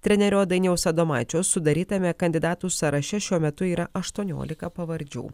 trenerio dainiaus adomaičio sudarytame kandidatų sąraše šiuo metu yra aštuoniolika pavardžių